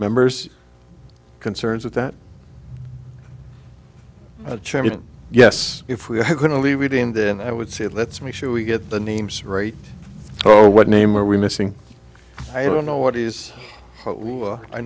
members concerns with that chairman yes if we are going to leave it in then i would say let's make sure we get the names right or what name are we missing i don't know what is i